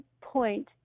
point